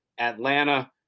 Atlanta